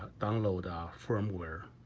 download a firmware